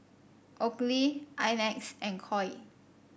Oakley I Max and Koi